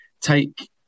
take